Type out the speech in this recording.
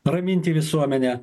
raminti visuomenę